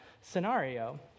scenario